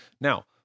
Now